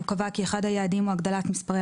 הוא קבע כי אחד היעדים הוא הגדלת מספרי